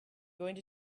going